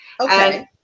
okay